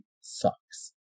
sucks